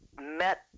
met